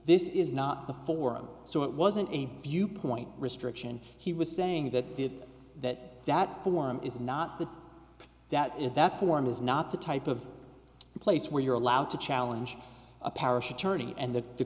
this is not the forum so it wasn't a viewpoint restriction he was saying that that that form is not the that is that form is not the type of place where you're allowed to challenge a parish attorney and that the